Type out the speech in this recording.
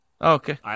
Okay